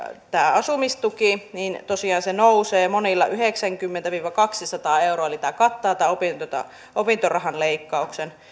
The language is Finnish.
asumistuki nousee monilla yhdeksänkymmentä viiva kaksisataa euroa eli tämä kattaa tämän opintorahan leikkauksen